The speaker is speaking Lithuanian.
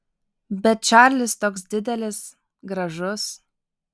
bet čarlis toks didelis gražus